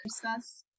Christmas